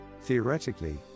Theoretically